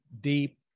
deep